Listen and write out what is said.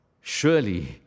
surely